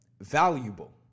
Valuable